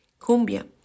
cumbia